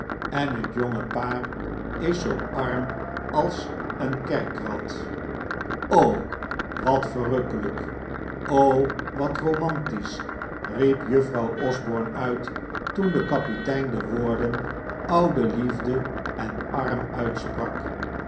en het jonge paar is zoo arm als een kerkrat o wat verrukkelijk o wat romantisch riep juffrouw osborne uit toen de kapitein de woorden oude liefde en arm uitsprak